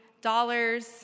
dollars